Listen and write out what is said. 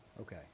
Okay